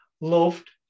loved